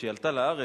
כשהיא עלתה לארץ,